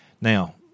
Now